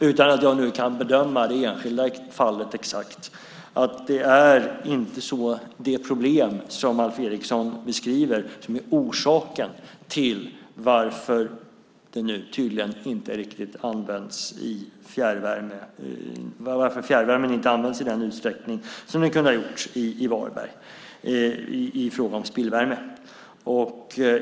Utan att jag nu kan bedöma det enskilda fallet exakt vill jag säga att det låter som om det inte är det problem som Alf Eriksson beskriver som är orsaken till att fjärrvärmen inte används i den utsträckning som den kunde ha använts i Varberg, i fråga om spillvärme.